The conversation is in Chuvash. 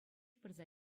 пырса